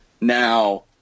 now